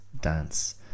dance